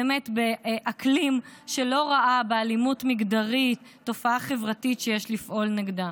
באקלים שלא ראה באלימות מגדרית תופעה חברתית שיש לפעול נגדה.